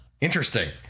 interesting